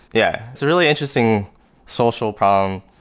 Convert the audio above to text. yeah, it's a really interesting social problem,